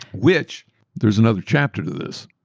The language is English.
which there's another chapter to this.